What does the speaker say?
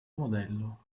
modello